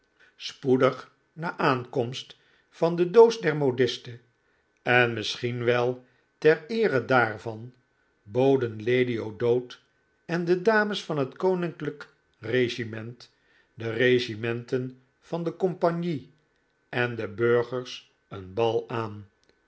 spoedig na aankomst van de doos der modiste en misschien wel ter eere daarvan boden lady o'dowd en de dames van het koninklijk regiment de regimenten van de compagnie en de burgers een bal aan